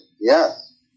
yes